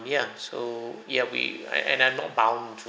ya so ya we I and I'm not bound to